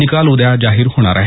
निकाल उद्या जाहीर होणार आहेत